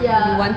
ya